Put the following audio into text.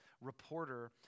reporter